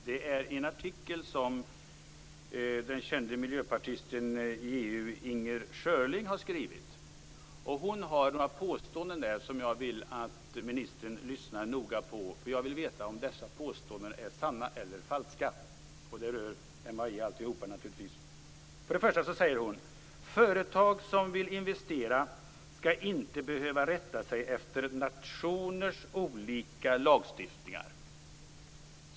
Det är en artikel som den kända miljöpartisten i EU, Inger Schörling, har skrivit. Hon gör några påståenden om MAI, som jag vill att ministern lyssnar noga på. Jag vill veta om dessa påståenden är sanna eller falska. För det första säger hon: Företag som vill investera skall inte behöva rätta sig efter nationers olika lagstiftningar.